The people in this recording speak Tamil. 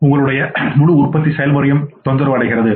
எனவே உங்கள் முழு உற்பத்தி செயல்முறையும் தொந்தரவு அடைகிறது